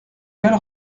belle